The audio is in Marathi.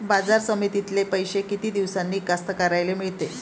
बाजार समितीतले पैशे किती दिवसानं कास्तकाराइले मिळते?